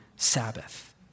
sabbath